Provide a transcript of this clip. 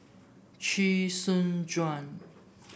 Chee Soon Juan